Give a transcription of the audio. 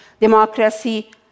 democracy